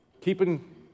keeping